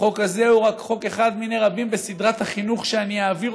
החוק הזה הוא רק חוק אחד מני רבים בסדרת החינוך שאני אעביר,